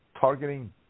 targeting